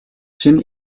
seen